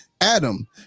Adam